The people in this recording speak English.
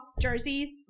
jerseys